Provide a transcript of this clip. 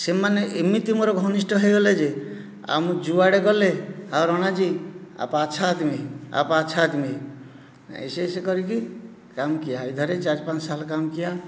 ସେମାନେ ଏମିତି ମୋର ଘନିଷ୍ଠ ହୋଇଗଲେ ଯେ ଆଉ ମୁଁ ଯେଉଁଆଡ଼େ ଗଲେ ଆଉ ରଣାଜୀ ଆପ୍ ଅଚ୍ଛା ଆଦ୍ମୀ ହୈଁ ଆପ୍ ଅଚ୍ଛା ଆଦ୍ମୀ ଐସେ ଐସେ କରିକି କାମ୍ କିୟା ଇଧର୍ ହି ଚାର୍ ପାଞ୍ଚ୍ ସାଲ୍ କାମ୍ କିୟା